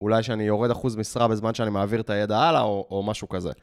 אולי שאני יורד אחוז משרה בזמן שאני מעביר את הידע הלאה, או משהו כזה.